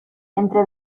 entre